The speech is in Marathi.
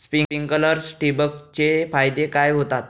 स्प्रिंकलर्स ठिबक चे फायदे काय होतात?